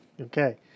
Okay